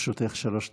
לרשותך שלוש דקות,